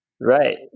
Right